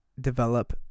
develop